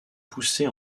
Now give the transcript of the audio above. poussée